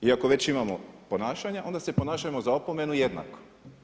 Iako već imamo ponašanja, onda se ponašajmo za opomenu jednako.